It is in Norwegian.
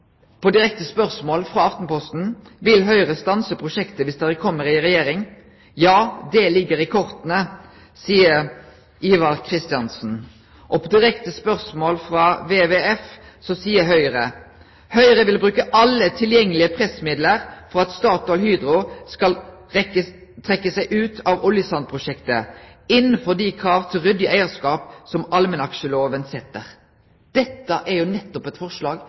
direkte spørsmål frå Aftenposten: «Vil Høyre stanse prosjektet hvis dere kommer i regjering?» «– Ja, det ligger i kortene», seier Ivar Kristiansen. Og på direkte spørsmål frå WWF seier Høgre: «Høyre vil bruke alle tilgjengelige pressmidler for at StatoilHydro skal trekke seg ut av oljesandprosjektet innenfor de krav til ryddig eierskap som allmennaksjeloven setter.» Dette er jo nettopp eit forslag